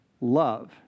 love